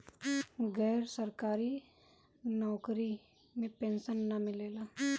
गैर सरकारी नउकरी में पेंशन ना मिलेला